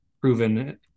proven